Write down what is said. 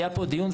היה פה דיון,